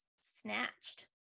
snatched